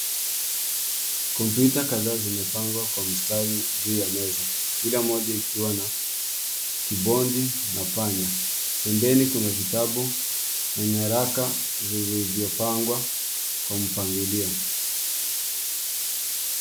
Computer kadhaa zimepangwa kwa mstari juu ya meza, kila moja ikiwa na keyboard na panya. Pembeni kuna vitabu na nyaraka zilivyopangwa kwa mpangilio.